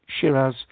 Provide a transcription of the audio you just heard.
Shiraz